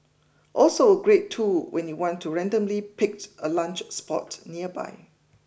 also a great tool when you want to randomly picked a lunch spot nearby